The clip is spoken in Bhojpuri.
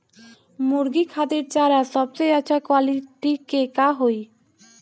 मुर्गी खातिर चारा सबसे अच्छा क्वालिटी के का होई?